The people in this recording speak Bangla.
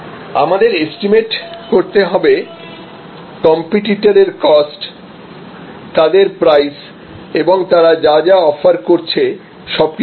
আমাদের এস্টিমেট করতে হবে কম্পিটিটারের কস্ট তাদের প্রাইস এবং তারা যা যা অফার করছে সবকিছুই